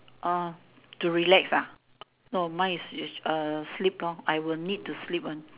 uh to relax ah no mine is is uh sleep lor I will need to sleep one